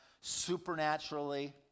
supernaturally